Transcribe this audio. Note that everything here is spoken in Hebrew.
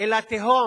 אל התהום